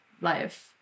life